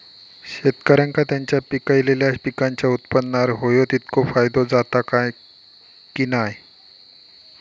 शेतकऱ्यांका त्यांचा पिकयलेल्या पीकांच्या उत्पन्नार होयो तितको फायदो जाता काय की नाय?